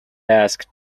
asked